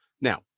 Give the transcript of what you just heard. Now